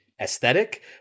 aesthetic